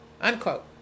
unquote